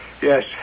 yes